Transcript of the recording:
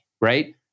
right